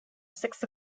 six